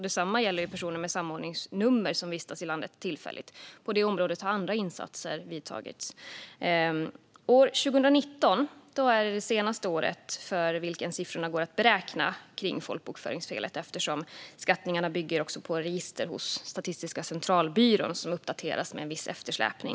Detsamma gäller personer med samordningsnummer som vistas i landet tillfälligt. På det området har andra insatser vidtagits. År 2019 är det senaste året då siffrorna kring folkbokföringsfelet går att beräkna, eftersom skattningarna också bygger på register hos Statistiska centralbyrån som uppdateras med en viss eftersläpning.